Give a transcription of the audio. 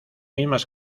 mismas